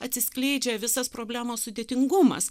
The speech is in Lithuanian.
atsiskleidžia visas problemos sudėtingumas